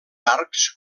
arcs